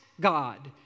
God